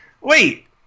Wait